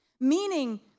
Meaning